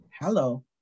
hello